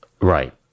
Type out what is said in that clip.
Right